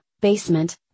basement